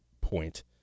point